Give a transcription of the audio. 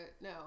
no